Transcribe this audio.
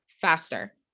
faster